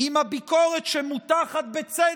עם הביקורת שמוטחת, בצדק,